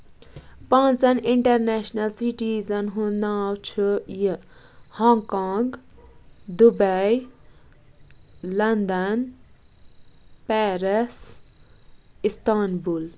پانژن international citizen ہُند ناو چھُ یہِ Hong Kong Dubai London Paris Istanbul